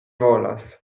volas